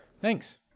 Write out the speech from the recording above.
Thanks